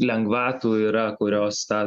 lengvatų yra kurios tą